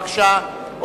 בבקשה,